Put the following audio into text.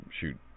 shoot